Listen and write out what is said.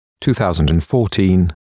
2014